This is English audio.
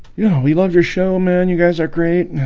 yeah we love your show, man. you guys are great.